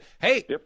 hey